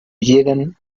llegan